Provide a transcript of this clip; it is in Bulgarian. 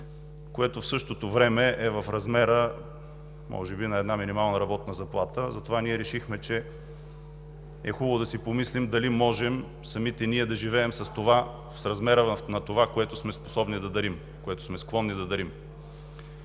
което в същото време е в размер може би на една минимална работна заплата. Затова ние решихме, че е хубаво да си помислим: дали можем самите ние да живеем с размера на това, което сме склонни да дарим. Хиляди българи